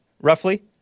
Roughly